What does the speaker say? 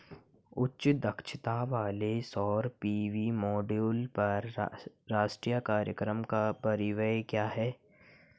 उच्च दक्षता वाले सौर पी.वी मॉड्यूल पर राष्ट्रीय कार्यक्रम का परिव्यय क्या है?